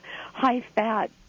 high-fat